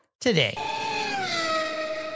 today